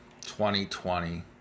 2020